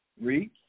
Read